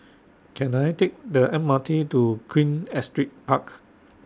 Can I Take The M R T to Queen Astrid Park